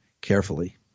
carefully